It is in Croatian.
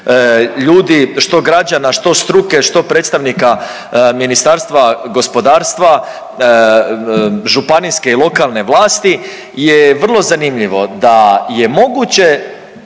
ljudi, što građana, što struke, što predstavnika Ministarstva gospodarstva, županijske i lokalne vlasti je vrlo zanimljivo da je moguće